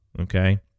Okay